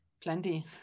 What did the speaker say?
Plenty